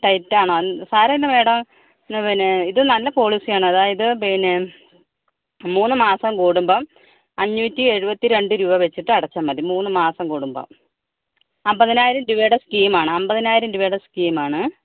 ടൈറ്റാണോ സാരമില്ല മാഡം പിന്നെ ഇത് നല്ല പോളിസിയാണ് അതായത് പിന്നെ മൂന്ന് മാസം കൂടുമ്പം അഞ്ഞൂറ്റെഴ്ബത്ത്രണ്ട് രൂപ വെച്ചിട്ട് അടച്ചാൽ മതി മൂന്ന് മാസം കൂടുമ്പോൾ അൻപതിനായിരം രൂപയുടെ സ്കീമാണ് അൻപതിനായിരം രൂപയുടെ സ്കീമാണ്